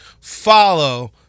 follow